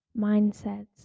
mindsets